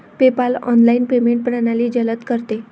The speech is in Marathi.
पेपाल ऑनलाइन पेमेंट प्रणाली जलद करते